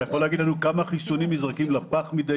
אתה יכול להגיד לנו כמה חיסונים נזרקים לפח מדי